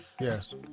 Yes